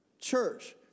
church